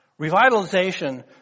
Revitalization